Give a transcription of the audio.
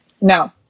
No